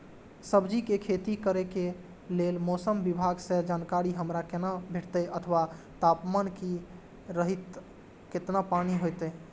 सब्जीके खेती करे के लेल मौसम विभाग सँ जानकारी हमरा केना भेटैत अथवा तापमान की रहैत केतना पानी होयत?